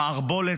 המערבולת,